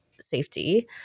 safety